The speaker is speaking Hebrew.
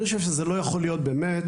אני חושב שזה לא יכול להיות באמת,